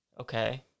okay